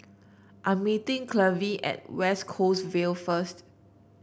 I'm meeting Clevie at West Coast Vale first